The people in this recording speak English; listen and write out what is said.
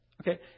Okay